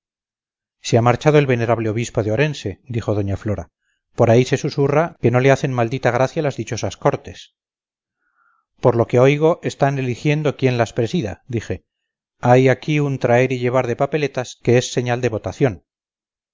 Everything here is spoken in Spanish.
se ha marchado el venerable obispo de orense dijo doña flora por ahí se susurra que no le hacen maldita gracia las dichosas cortes por lo que oigo están eligiendo quien las presida dije hay aquí un traer y llevar de papeletas que es señal de votación